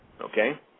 Okay